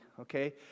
okay